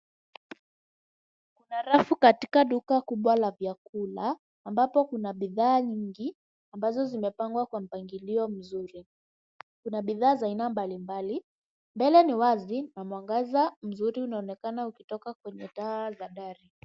Kuna rafu katika duka kubwa la vyakula ambapo kuna bidhaa nyingi ambazo zimepangwa kwa mpangilio mzuri. Kuna bidhaa za aina mbalimbali, mbele ni wazi na mwangaza mzuri unaonekana ukitoka kwenye taa za dari.